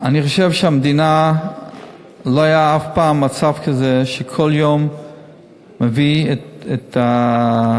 אני חושב שבמדינה לא היה אף פעם מצב כזה שכל יום מביאים את הקללה,